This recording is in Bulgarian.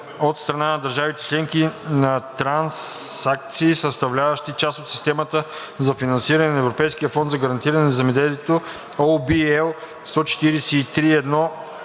от страна на държавите членки на трансакции, съставляващи част от системата за финансиране на Европейския фонд за гарантиране на земеделието (OB, L 143/1